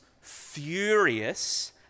furious